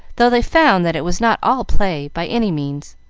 though they found that it was not all play, by any means.